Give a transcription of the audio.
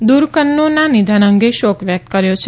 દુરઇકન્નના નિધન અંગે શોક વ્યક્ત કર્યો છે